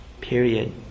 period